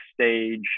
stage